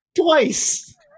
twice